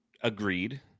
agreed